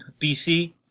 BC